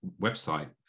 website